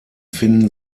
finden